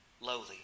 lowly